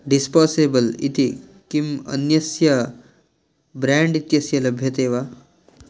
disposable इति किम् अन्यस्य ब्राण्ड् इत्यस्य लभ्यते वा